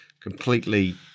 completely